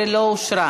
15 לא אושרה.